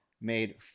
made